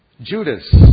Judas